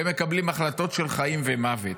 והם מקבלים החלטות של חיים ומוות.